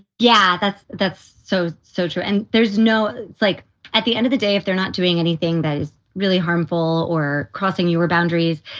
yeah. that's that's so, so true. and there's no like at the end of the day, if they're not doing anything that is really harmful or crossing you were boundaries,